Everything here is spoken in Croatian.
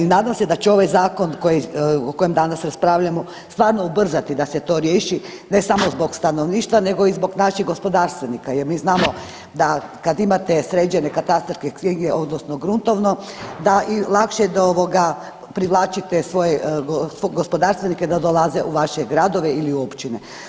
Nadam se da će ovaj zakon o kojem danas raspravljamo stvarno ubrzati da se to riješi ne samo zbog stanovništva, nego i zbog naših gospodarstvenika, jer mi znamo da kad imate sređene katastarske knjige, odnosno gruntovno da lakše privlačite svoje gospodarstvenike da dolaze u vaše gradove ili u općine.